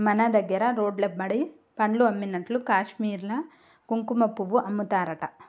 మన దగ్గర రోడ్లెమ్బడి పండ్లు అమ్మినట్లు కాశ్మీర్ల కుంకుమపువ్వు అమ్ముతారట